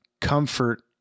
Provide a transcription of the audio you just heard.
comfort